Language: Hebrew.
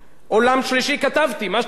משטרים חשוכים,